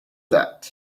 that